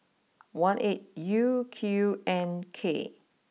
one eight U Q N K